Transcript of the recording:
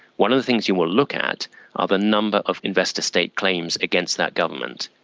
one of the things you will look at are the number of investor-state claims against that government,